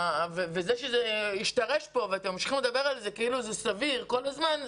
זה שזה השתרש פה ואתם ממשיכים לדבר על זה כאילו זה סביר כל הזמן,